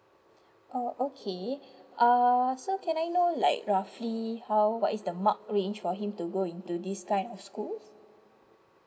oh okay err so can I know like roughly how what is the mark range for him to go into this kind of school